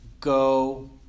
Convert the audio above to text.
go